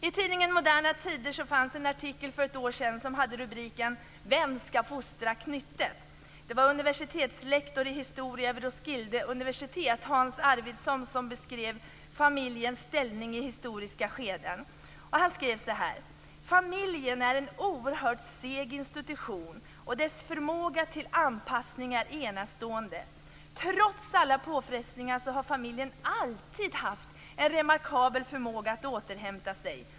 I tidningen Moderna tider fanns en artikel för ett år sedan som hade rubriken: Vem ska fostra knyttet? Det var en universitetslektor i historia vid Roskilde universitet, Håkan Arvidsson, som beskrev familjens ställning i historiska skeden. Han skrev så här: "Familjen är en oerhört seg institution och dess förmåga till anpassning är enastående. Trots alla påfrestningar har familjen alltid haft en remarkabel förmåga att återhämta sig.